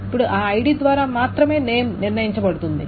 ఇప్పుడు ఆ ఐడి ద్వారా మాత్రమే నేమ్ నిర్ణయించబడుతుంది